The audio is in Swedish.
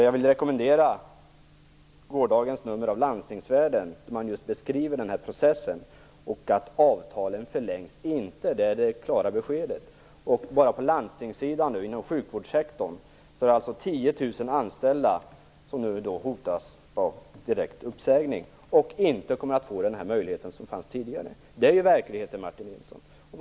Jag vill rekommendera gårdagens nummer av Landstingsvärlden, där man beskriver just den här processen. Det klara beskedet är att man inte förlänger avtalen. Bara inom sjukvårdssektorn, på landstingssidan, hotas nu 10 000 av direkt uppsägning utan att få den möjlighet som tidigare fanns. Det är verkligheten, Martin Nilsson.